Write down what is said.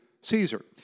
Caesar